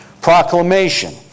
proclamation